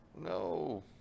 No